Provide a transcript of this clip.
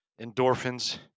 endorphins